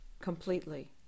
completely